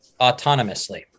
autonomously